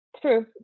true